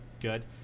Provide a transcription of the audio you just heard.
good